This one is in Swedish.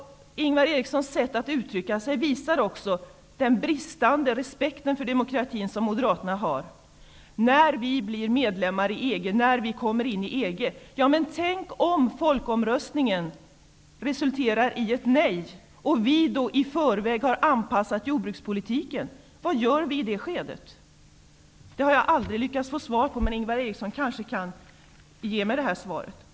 Ingvar Erikssons sätt att uttrycka sig visar också på den bristande respekt för demokratin som Moderaterna har. De säger: när vi blir medlemmar i EG. Tänk om folkomröstningen resulterar i ett nej och vi i förväg har anpassat jordbrukspolitiken. Vad gör vi i det skedet? Det har jag aldrig lyckats få svar på, men Ingvar Eriksson kanske kan ge mig svaret.